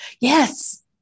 Yes